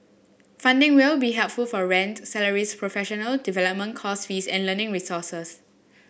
funding will be helpful for rent salaries professional development course fees and learning resources